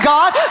God